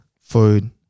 food